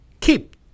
keep